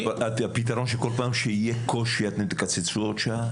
הפתרון שכל פעם שיהיה קושי אתם תקצצו עוד שעה?